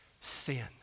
sin